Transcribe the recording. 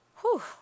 Whew